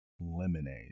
lemonade